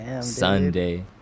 sunday